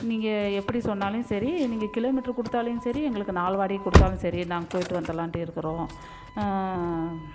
நீங்கள் எப்படி சொன்னாலும் சரி நீங்கள் கிலோ மீட்ரு கொடுத்தாலும் சரி எங்களுக்கு நாள் வாடகைக் கொடுத்தாலும் சரி நாங்கள் போயிவிட்டு வந்துடலான்ட்டு இருக்கிறோம்